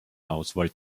auswahl